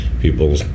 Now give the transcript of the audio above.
people